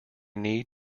need